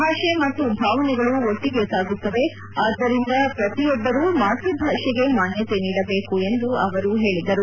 ಭಾಷೆ ಮತ್ತು ಭಾವನೆಗಳು ಒಟ್ಟಿಗೆ ಸಾಗುತ್ತವೆ ಆದ್ದರಿಂದ ಪ್ರತಿಯೊಬ್ಬರು ಮಾತ್ವಭಾಷೆಗೆ ಮಾನ್ಯತೆ ನೀಡಬೇಕು ಎಂದು ಅವರು ಹೇಳಿದರು